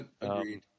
Agreed